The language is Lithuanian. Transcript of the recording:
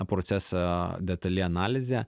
procesą detali analizė